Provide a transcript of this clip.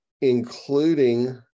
including